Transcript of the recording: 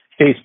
Facebook